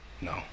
No